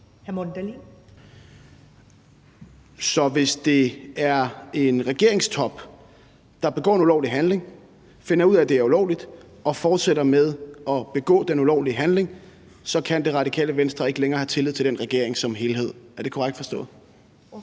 Så hvis det er en regeringstop, der begår en ulovlig handling, finder ud af, at det er ulovligt og fortsætter med at begå den ulovlige handling, så kan Radikale Venstre ikke længere have tillid til den regering som helhed? Er det korrekt forstået?